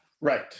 right